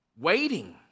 waiting